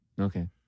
Okay